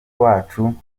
wacu